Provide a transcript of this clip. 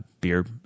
beer